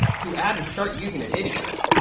to add and start using a data grid.